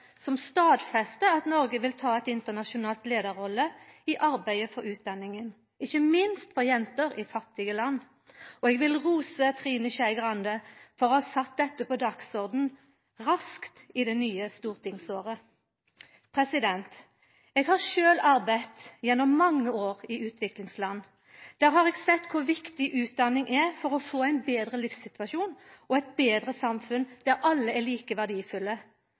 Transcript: som stadfester at Noreg vil ta ein internasjonal leiarrolle i arbeidet for utdanninga, ikkje minst for jenter i fattige land. Eg vil òg rosa Trine Skei Grande for å ha sett dette på dagsordenen raskt i det nye stortingsåret. Eg har sjølv arbeidt gjennom mange år i utviklingsland. Der har eg sett kor viktig utdanning er for å få ein betre livssituasjon og eit betre samfunn der alle er like verdifulle.